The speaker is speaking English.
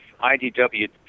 IDW